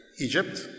Egypt